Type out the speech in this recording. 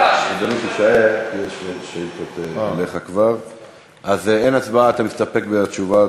אז אין הצבעה, אתה מסתפק בתשובה.